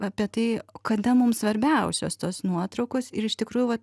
apie tai kada mum svarbiausios tos nuotraukos ir iš tikrųjų va